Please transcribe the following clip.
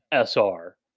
Sr